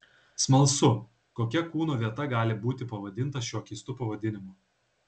smalsu kokia kūno vieta gali būti pavadinta šiuo keistu pavadinimu